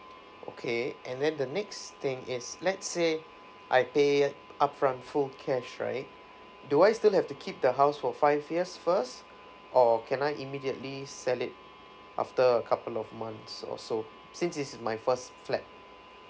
okay and then the next thing is let's say I pay up front full cash right do I still have to keep the house for five years first or can I immediately sell it after a couple of months or so since it's my first flat